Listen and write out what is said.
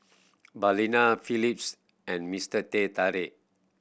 Balina Phillips and Mister Teh Tarik